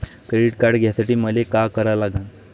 Credit card घ्यासाठी मले का करा लागन?